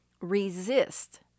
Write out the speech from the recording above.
resist